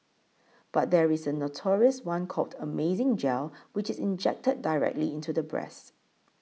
but there is a notorious one called Amazing Gel which is injected directly into the breasts